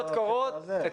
קורות,